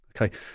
okay